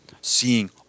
seeing